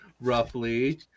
roughly